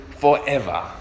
forever